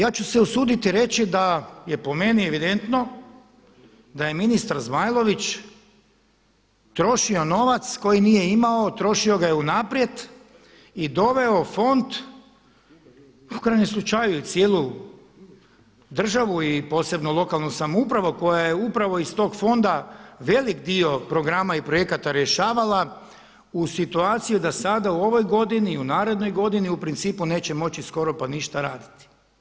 Ja ću se usuditi reći da je po meni evidentno da je ministar Zmajlović trošio novac koji nije imao, trošio ga je unaprijed i doveo fond u krajnjem slučaju i cijelu državu i posebno lokalnu samoupravu koja je upravo iz tog fonda velik dio programa i projekata rješavala u situaciju da sada u ovoj godini i u narednoj godini u principu neće moći skoro pa ništa raditi.